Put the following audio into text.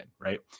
right